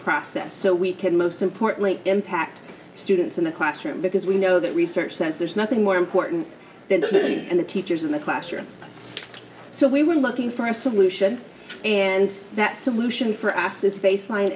process so we can most importantly impact students in the classroom because we know that research says there's nothing more important than turning in the teachers in the classroom so we were looking for a solution and that solution for ass is the baseline